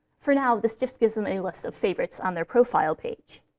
for now, this just gives them a list of favorites on their profile page.